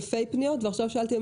רביעי הבא